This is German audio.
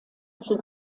zur